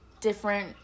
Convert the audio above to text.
different